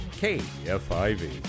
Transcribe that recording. kfiv